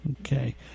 Okay